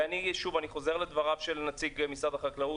ואני חוזר לדבריו של נציג משרד החקלאות,